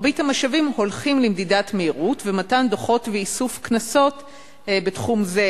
מרבית המשאבים הולכים למדידת מהירות ומתן דוחות ואיסוף קנסות בתחום זה,